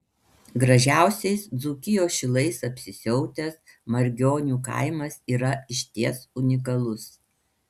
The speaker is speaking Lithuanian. gražiausiais dzūkijos šilais apsisiautęs margionių kaimas yra išties unikalus